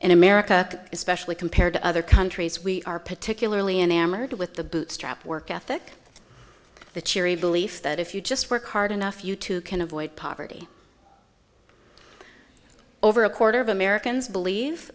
in america especially compared to other countries we are particularly enamored with the bootstrap work ethic the cheery belief that if you just work hard enough you two can avoid poverty over a quarter of americans believe